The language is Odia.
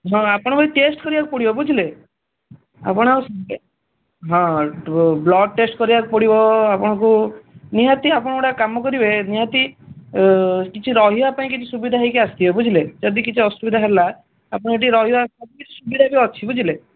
ହଁ ଆପଣଙ୍କୁ ଆସି ଟେଷ୍ଟ୍ କରିବାକୁ ପଡ଼ିବ ବୁଝିଲେ ଆପଣ ହଁ ବ୍ଲଡ୍ ଟେଷ୍ଟ୍ କରିବାକୁ ପଡ଼ିବ ଆପଣଙ୍କୁ ନିହାତି ଆପଣ ଗୋଟେ କାମ କରିବେ ନିହାତି କିଛି ରହିବା ପାଇଁ କିଛି ସୁବିଧା ହେଇକି ଆସିଥିବେ ବୁଝିଲେ ଯଦି କିଛି ଅସୁବିଧା ହେଲା ଆପଣ ଏଇଠି ରହିବା ସୁବିଧା ବି ଅଛି ବୁଝିଲେ